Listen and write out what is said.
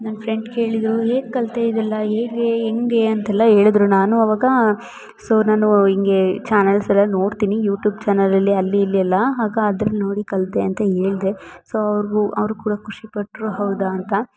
ನನ್ನ ಫ್ರೆಂಡ್ ಕೇಳಿದರು ಹೇಗೆ ಕಲಿತೆ ಇದೆಲ್ಲ ಹೇಗೆ ಹೆಂಗೆ ಅಂತೆಲ್ಲ ಹೇಳಿದ್ರು ನಾನು ಅವಾಗ ಸೋ ನಾನು ಹಿಂಗೆ ಚಾನೆಲ್ಸ್ ಎಲ್ಲ ನೋಡ್ತೀನಿ ಯೂಟೂಬ್ ಚಾನಲಲ್ಲಿ ಅಲ್ಲಿ ಇಲ್ಲಿ ಎಲ್ಲ ಆಗ ಅದ್ರಲ್ಲಿ ನೋಡಿ ಕಲಿತೆ ಅಂತ ಹೇಳ್ದೆ ಸೋ ಅವ್ರಿಗೂ ಅವ್ರು ಕೂಡ ಖುಷಿ ಪಟ್ಟರು ಹೌದಾ ಅಂತ